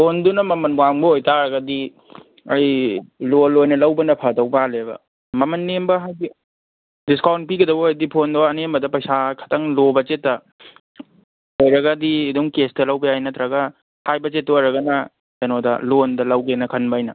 ꯐꯣꯟꯗꯨꯅ ꯃꯃꯟ ꯋꯥꯡꯕ ꯑꯣꯏꯇꯥꯔꯒꯗꯤ ꯑꯩ ꯂꯣꯟ ꯑꯣꯏꯅ ꯂꯧꯕꯅ ꯐꯗꯧ ꯃꯥꯜꯂꯦꯕ ꯃꯃꯟ ꯅꯦꯝꯕ ꯍꯥꯏꯗꯤ ꯗꯤꯁꯀꯥꯎꯟ ꯄꯤꯒꯗꯕ ꯑꯣꯏꯗꯤ ꯐꯣꯟꯗꯣ ꯑꯅꯦꯝꯕꯗ ꯄꯩꯁꯥ ꯈꯇꯪ ꯂꯣ ꯕꯖꯦꯠꯇ ꯑꯣꯏꯔꯒꯗꯤ ꯑꯗꯨꯝ ꯀꯦꯁꯇ ꯂꯧꯕ ꯌꯥꯏ ꯅꯠꯇ꯭ꯔꯒ ꯍꯥꯏ ꯕꯖꯦꯠꯇ ꯑꯣꯏꯔꯒꯅ ꯀꯩꯅꯣꯗ ꯂꯣꯟꯗ ꯂꯧꯒꯦꯅ ꯈꯟꯕ ꯑꯩꯅ